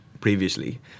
previously